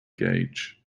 gauge